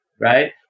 right